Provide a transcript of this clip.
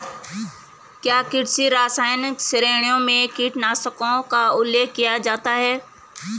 क्या कृषि रसायन श्रेणियों में कीटनाशकों का उल्लेख किया जाता है?